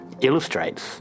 illustrates